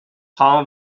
how